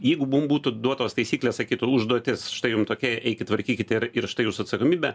jeigu mum būtų duotos taisyklės sakytų užduotis štai jum tokia eikit tvarkykite ir ir štai jūsų atsakomybė